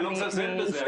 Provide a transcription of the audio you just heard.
אני לא מזלזל בזה,